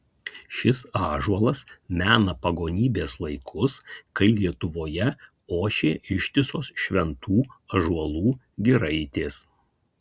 šis ąžuolas mena pagonybės laikus kai lietuvoje ošė ištisos šventų ąžuolų giraitės